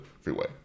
freeway